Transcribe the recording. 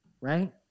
right